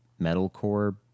metalcore